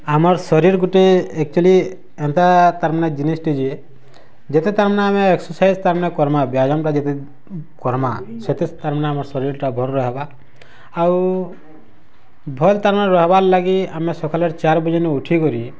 ଆମର୍ ଶରୀରର୍ ଗୋଟେ ଆକ୍ଚୁଆଲି ଏମ୍ତା ତାର୍ ମାନେ ଜିନିଷ୍ଟେ ଯେ ଯେତେ ତା ମାନେ ଆମେ ଏକ୍ସରସାଇଜ୍ ତା ମାନେ କର୍ମା ବ୍ୟାୟାମ୍ଟା ଯେତେ କର୍ମା ସେତେ ତାର୍ ମାନେ ଆମ ଶରୀରଟା ଭଲ ରହିବା ଆଉ ଭଲ୍ ତା ମାନେ ରହିବାର୍ ଲାଗି ଆମେ ସକାଳେ ଚାର୍ ବାଜେନେ ଉଠି କରି